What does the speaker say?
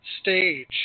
stage